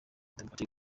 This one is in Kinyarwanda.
democratic